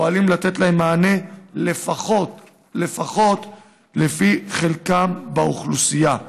ופועלים לתת להם מענה לפחות לפי חלקם באוכלוסייה.